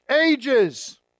ages